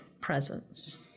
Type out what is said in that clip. presence